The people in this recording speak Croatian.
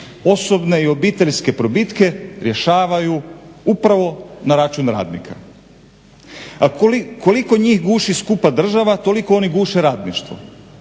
osobne i obiteljske probitke rješavaju upravo na račun radnika. A koliko njih guši skupa država, toliko oni guše radništvo,